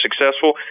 successful